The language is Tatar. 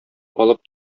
алып